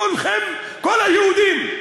כולכם, כל היהודים,